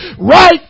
right